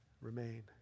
remain